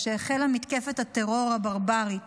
כשהחלה מתקפת הטרור הברברית,